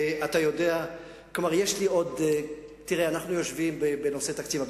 אנחנו יושבים בנושא תקציב הביטחון.